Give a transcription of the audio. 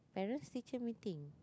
parents teacher meeting